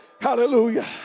Hallelujah